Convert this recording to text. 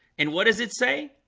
and what does it say?